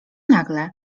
nagle